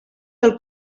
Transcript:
del